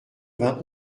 vingt